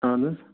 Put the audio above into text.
اَہَن حظ